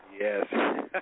Yes